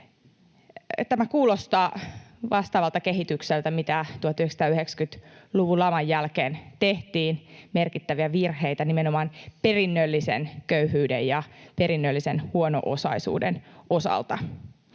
Tämä kuulostaa vastaavalta kehitykseltä kuin mitä 1990-luvun laman jälkeen: tehtiin merkittäviä virheitä nimenomaan perinnöllisen köyhyyden ja perinnöllisen huono-osaisuuden osalta.